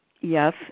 yes